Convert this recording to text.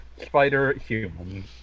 Spider-Human